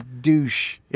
douche